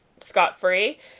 scot-free